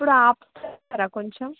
ఇప్పుడు ఆపు చేస్తారా కొంచెం